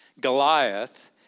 Goliath